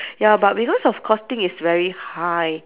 ya but because of costing is very high